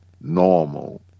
normal